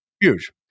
Huge